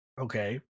Okay